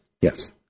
Yes